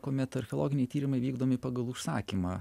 kuomet archeologiniai tyrimai vykdomi pagal užsakymą